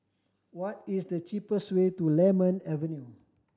what is the cheapest way to Lemon Avenue